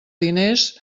diners